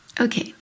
Okay